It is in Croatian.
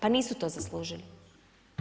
Pa nisu to zaslužili.